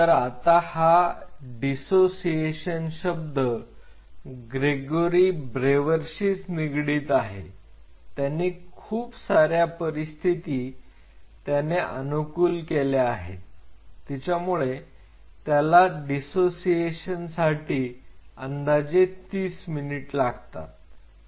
तर आता हा दिसोसिएशन शब्द ग्रेगोरी ब्रेवेरशीच निगडित आहे त्यांनी खूप सार्या परिस्थिती त्याने अनुकूल केल्या आहेत तिच्यामुळे त्याला डीसोसिएशन साठी अंदाजे तीस मिनिट लागतात